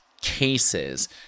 cases